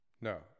no